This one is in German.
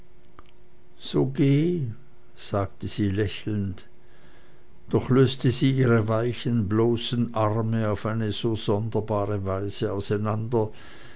so geh sagte sie lächelnd doch löste sie ihre weichen bloßen arme auf eine so sonderbare weise auseinander